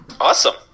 Awesome